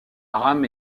rame